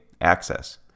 access